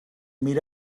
meet